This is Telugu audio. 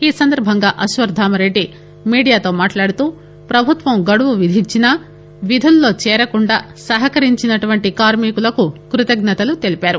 ఈ సందర్భంగా అశ్వత్థామారెడ్డి మీడియాతో మాట్లాడుతూ పభుత్వం గడువు విధించినా విధుల్లో చేరకుండా సహకరించిన కార్మికులకు కృతజ్ఞతలు తెలిపారు